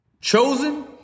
chosen